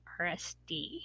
RSD